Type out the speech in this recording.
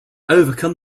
overcome